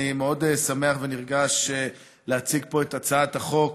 אני מאוד שמח ונרגש להציג פה את הצעת החוק